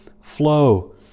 flow